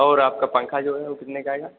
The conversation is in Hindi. और आपका पंखा जो है वह कितने का आएगा